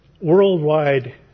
worldwide